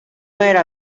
era